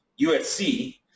USC